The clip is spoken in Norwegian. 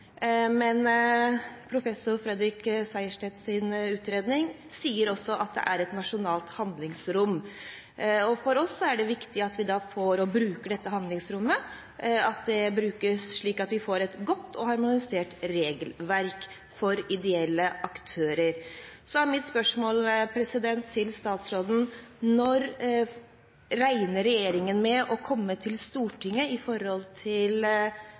men professor Fredrik Sejersteds utredning sier også at det er et nasjonalt handlingsrom. For oss er det viktig at vi bruker dette handlingsrommet – at det brukes slik at vi får et godt og harmonisert regelverk for ideelle aktører. Så er mine spørsmål til statsråden: Når regner regjeringen med å komme til Stortinget med endringer i lov om offentlige anskaffelser? Og: Vil man ha en dialog med partene på forhånd? Til